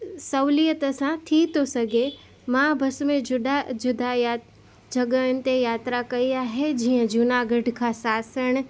सहूलियत सां थी थो सघे मां भस में जुॾा जुदा या जॻहयुनि ते यात्रा कई आहे जीअं जूनागढ़ खां सासण